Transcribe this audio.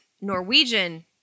Norwegian